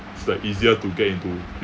is like easier to get into